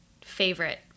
favorite